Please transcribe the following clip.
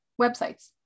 websites